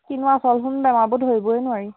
কিনো বেমাববোৰ ধৰিবই নোৱাৰি